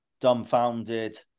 dumbfounded